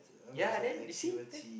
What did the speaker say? ya then you see there